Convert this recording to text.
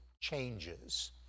changes